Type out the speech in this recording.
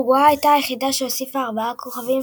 אורוגוואי היא היחידה שהוסיפה ארבעה כוכבים